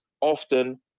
often